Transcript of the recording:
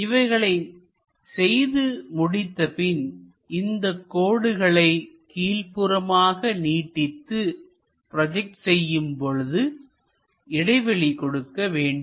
இவைகளை செய்து முடித்த பின்இந்த கோடுகளை கீழ்ப்புறமாக நீட்டித்து ப்ரோஜெக்ட் செய்யும் பொழுது இடைவெளி கொடுக்க வேண்டும்